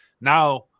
now